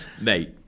mate